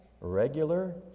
regular